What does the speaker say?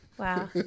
Wow